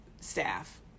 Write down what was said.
staff